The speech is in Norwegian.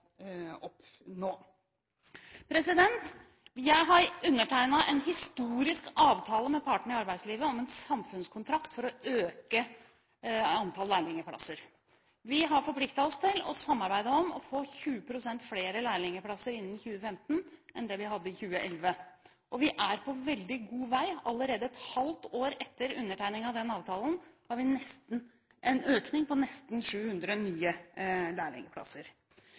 Jeg har undertegnet en historisk avtale med partene i arbeidslivet om en samfunnskontrakt for å øke antallet lærlingplasser. Vi har forpliktet oss til å samarbeide om å få 20 pst. flere lærlingplasser innen 2015 enn vi hadde i 2011. Og vi er på veldig god vei: Allerede et halvt år etter undertegningen av den avtalen har vi en økning på nesten 700 nye